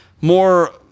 more